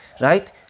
right